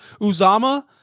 Uzama